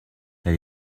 elle